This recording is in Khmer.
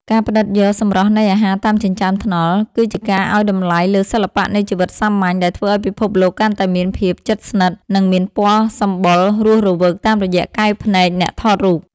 ការផ្ដិតយកសម្រស់នៃអាហារតាមចិញ្ចើមថ្នល់ គឺជាការឱ្យតម្លៃលើសិល្បៈនៃជីវិតសាមញ្ញ ដែលធ្វើឱ្យពិភពលោកកាន់តែមានភាពជិតស្និទ្ធ និងមានពណ៌សម្បុររស់រវើកតាមរយៈកែវភ្នែកអ្នកថតរូប។